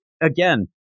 again